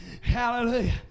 Hallelujah